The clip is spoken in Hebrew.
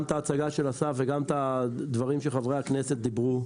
גם את ההצגה של אסף וגם את הדברים שחברי הכנסת דיברו.